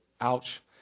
ouch